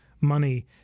money